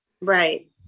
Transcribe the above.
Right